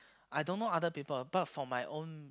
I don't know other people but for my own